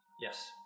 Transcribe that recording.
Yes